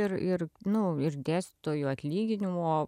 ir ir nu ir dėstytojų atlyginimo